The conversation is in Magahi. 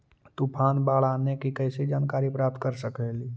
तूफान, बाढ़ आने की कैसे जानकारी प्राप्त कर सकेली?